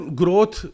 growth